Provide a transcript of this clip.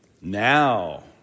Now